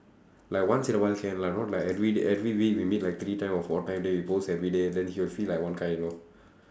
like once in a while can lah not like every day every week we meet like three time or four time then we post everyday then he will feel like one guy you know